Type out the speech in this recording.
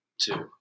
Two